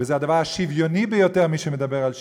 וזה הדבר השוויוני ביותר, מי שמדבר על שוויון.